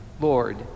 Lord